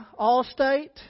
Allstate